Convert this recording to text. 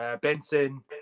Benson